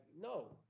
no